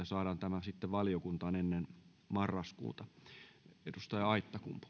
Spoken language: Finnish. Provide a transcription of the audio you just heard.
että saadaan tämä sitten valiokuntaan ennen marraskuuta